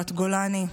בחטיבת גולני,